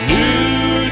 new